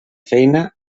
feina